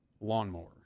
lawnmower